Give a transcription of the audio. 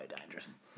dangerous